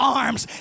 arms